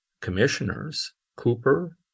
commissioners—Cooper